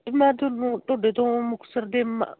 ਮੈਂ ਤੁਹਾਨੂੰ ਤੁਹਾਡੇ ਤੋਂ ਮੁਕਤਸਰ ਦੇ